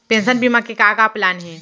Pension बीमा के का का प्लान हे?